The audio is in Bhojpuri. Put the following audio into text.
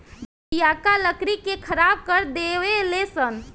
दियाका लकड़ी के खराब कर देवे ले सन